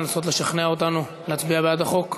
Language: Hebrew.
לנסות לשכנע אותנו להצביע בעד החוק?